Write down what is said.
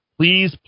Please